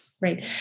Great